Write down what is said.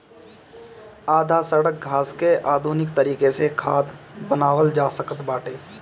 आधा सड़ल घास के आधुनिक तरीका से खाद बनावल जा सकत बाटे